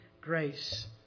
grace